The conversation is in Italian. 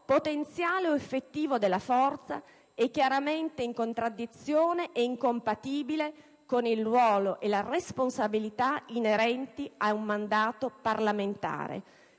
potenziale o effettivo della forza è chiaramente in contraddizione e incompatibile con il ruolo e la responsabilità inerenti a un mandato parlamentare